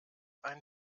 ein